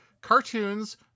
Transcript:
cartoons